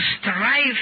strive